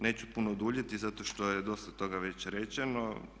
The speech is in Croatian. Neću puno duljiti zato što je dosta toga već rečeno.